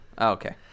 Okay